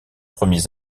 premiers